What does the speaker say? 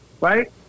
Right